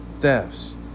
thefts